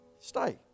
Stay